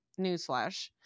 newsflash